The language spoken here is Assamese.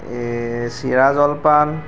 চিৰা জলপান